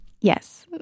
Yes